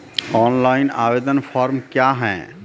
Online आवेदन form क्या हैं?